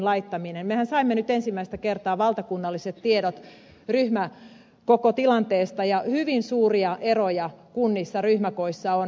mehän saimme nyt ensimmäistä kertaa valtakunnalliset tiedot ryhmäkokotilanteesta ja kunnissa on hyvin suuria eroja ryhmäkoissa